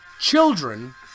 children